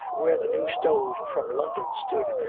where the new stove from london stood,